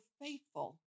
faithful